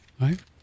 right